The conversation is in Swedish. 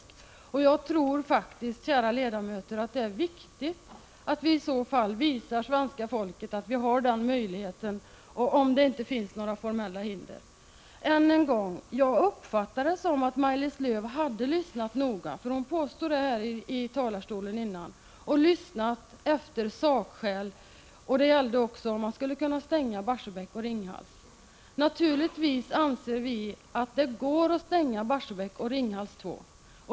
Om det inte finns några formella hinder för detta tror jag faktiskt, kära ledamöter, att det är viktigt att vi visar svenska folket att vi har en sådan möjlighet. Än en gång: Jag uppfattade det så att Maj-Lis Lööw hade lyssnat noga — hon påstod ju tidigare att hon gjort det — och att hon då hade försökt finna sakskäl som talade för att man skulle kunna stänga Barsebäck och Ringhals. Vi anser naturligtvis att det går att stänga dem.